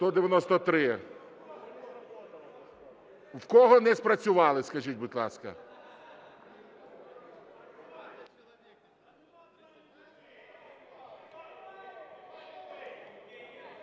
За-193 В кого не спрацювали, скажіть, будь ласка?